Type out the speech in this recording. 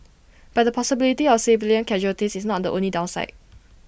but the possibility of civilian casualties is not the only downside